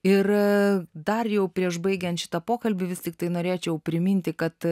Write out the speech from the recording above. ir dar jau prieš baigiant šitą pokalbį vis tiktai norėčiau priminti kad